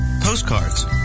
postcards